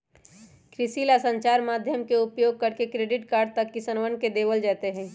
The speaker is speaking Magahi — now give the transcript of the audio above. कृषि ला संचार माध्यम के उपयोग करके क्रेडिट कार्ड तक किसनवन के देवल जयते हई